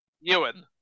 Ewan